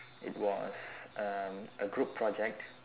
it was uh a group project